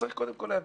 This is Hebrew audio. צריך קודם כל להבין,